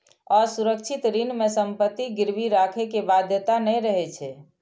असुरक्षित ऋण मे संपत्ति गिरवी राखै के बाध्यता नै रहै छै